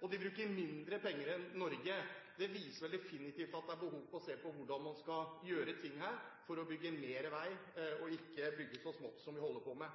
og de bruker mindre penger enn Norge. Det viser vel definitivt at det er behov for å se på hvordan man skal gjøre ting her for å bygge mer vei og ikke bygge så smått som vi holder på med.